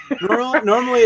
Normally